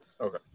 Okay